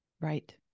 Right